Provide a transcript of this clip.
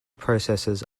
processes